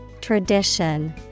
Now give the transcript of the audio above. Tradition